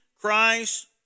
Christ